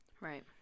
Right